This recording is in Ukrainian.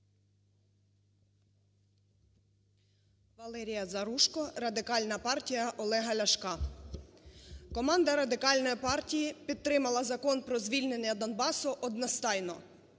ВалеріяЗаружко, Радикальна партія Олега Ляшка. Команда Радикальної партії підтримала Закон про звільнення Донбасу одностайно.